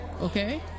okay